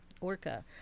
Orca